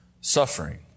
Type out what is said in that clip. suffering